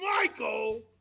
Michael